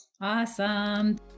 awesome